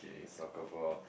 K soccer ball